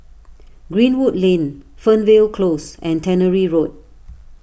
Greenwood Lane Fernvale Close and Tannery Road